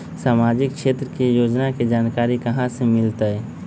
सामाजिक क्षेत्र के योजना के जानकारी कहाँ से मिलतै?